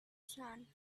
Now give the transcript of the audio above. sun